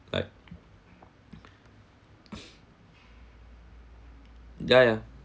like ya ya